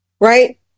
right